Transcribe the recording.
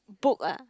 book ah